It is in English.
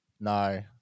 No